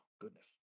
Goodness